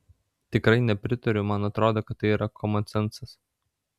tikrai nepritariu man atrodo kad tai yra komonsencas